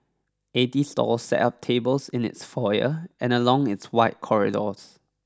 eighty stalls set up tables in its foyer and along its wide corridors